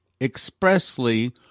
expressly